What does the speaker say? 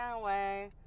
away